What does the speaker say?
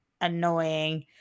annoying